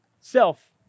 Self